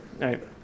Right